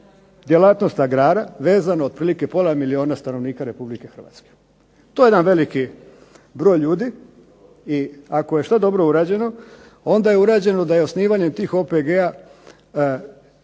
djelatnost agrara vezano otprilike pola milijuna stanovnika Republike Hrvatske. To je jedan veliki broj ljudi i ako je što dobro urađeno, onda je urađeno da je osnivanjem tih OPG-a